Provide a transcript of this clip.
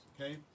Okay